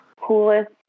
coolest